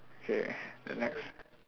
okay the next